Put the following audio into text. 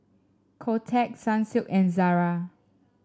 Kotex Sunsilk and Zara